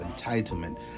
entitlement